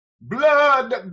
blood